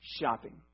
Shopping